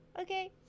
Okay